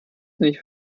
nicht